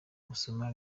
gusoma